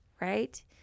right